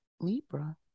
Libra